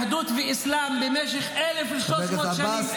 יהדות ואסלם במשך 1,300 שנים,